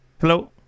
hello